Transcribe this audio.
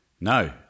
no